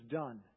done